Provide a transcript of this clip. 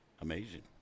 Amazing